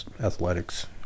athletics